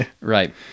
right